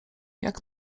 jak